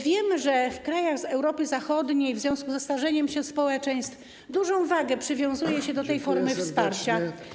Wiem, że w krajach Europy Zachodniej w związku ze starzeniem się społeczeństw dużą wagę przywiązuje się do tej formy wsparcia.